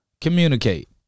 communicate